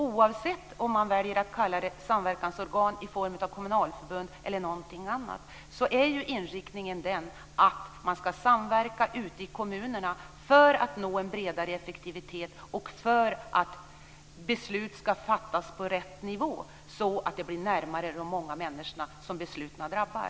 Oavsett om man väljer att kalla det samverkansorgan i form av kommunalförbund eller något annat, så är ju inriktningen den att man ska samverka ute i kommunerna för att nå en bredare effektivitet och för att beslut ska fattas på rätt nivå så att de fattas närmare de många människorna som besluten drabbar.